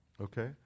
okay